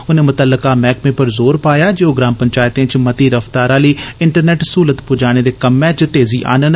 उनें मुत्तल्लका मैह्कमें पर जोर पाया जे ओह् ग्राम पंचैतें च मती रफ्तार आह्ली इंटरनेंट सहूलत पुजाने आह्ले कमें च तेजी आनन